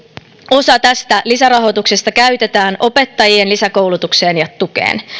osa tästä lisärahoituksesta käytetään opettajien lisäkoulutukseen ja tukeen